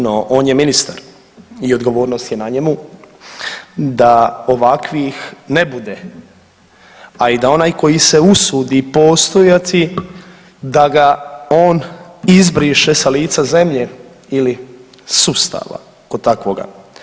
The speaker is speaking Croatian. No, on je ministar i odgovornost je na njemu da ovakvih ne bude, a i da onaj koji se usudi postojati da ga on izbriše sa lica zemlje ili sustava kao takvoga.